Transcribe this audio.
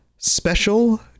special